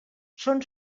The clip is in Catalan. són